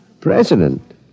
President